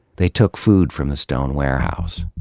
they took food from the stone warehouse,